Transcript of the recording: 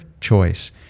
choice